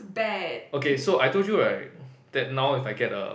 bad